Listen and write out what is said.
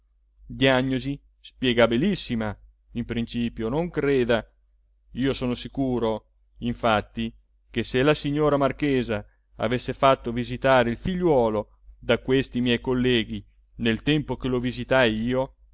m'inganno diagnosi spiegabilissima in principio non creda io sono sicuro in fatti che se la signora marchesa avesse fatto visitare il figliuolo da questi miei colleghi nel tempo che lo visitai io